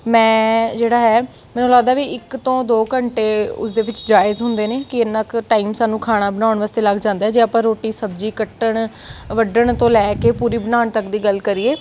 ਮੈਂ ਜਿਹੜਾ ਹੈ ਮੈਨੂੰ ਲੱਗਦਾ ਵੀ ਇੱਕ ਤੋਂ ਦੋ ਘੰਟੇ ਉਸਦੇ ਵਿੱਚ ਜਾਇਜ਼ ਹੁੰਦੇ ਨੇ ਕਿ ਇੰਨਾ ਕੁ ਟਾਈਮ ਸਾਨੂੰ ਖਾਣਾ ਬਣਾਉਣ ਵਾਸਤੇ ਲੱਗ ਜਾਂਦਾ ਜੇ ਆਪਾਂ ਰੋਟੀ ਸਬਜ਼ੀ ਕੱਟਣ ਵੱਢਣ ਤੋਂ ਲੈ ਕੇ ਪੂਰੀ ਬਣਾਉਣ ਤੱਕ ਦੀ ਗੱਲ ਕਰੀਏ